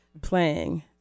playing